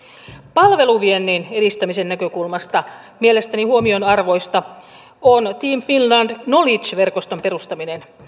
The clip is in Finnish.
palveluviennin edistämisen näkökulmasta mielestäni huomionarvoista on team finland knowledge verkoston perustaminen